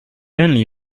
only